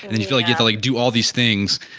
then you feel like you feel like do all these things